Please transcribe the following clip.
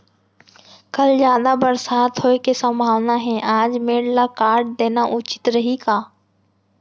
कल जादा बरसात होये के सम्भावना हे, आज मेड़ ल काट देना उचित रही का?